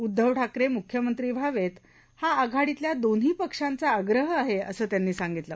उद्वव ठाकरे मुख्यमंत्र व्हावेत हा आघाडविल्या दोन्ह पिक्षांचा आग्रह आहे असं त्यांन झांगितलं